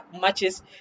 matches